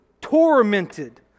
tormented